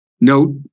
Note